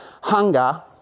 hunger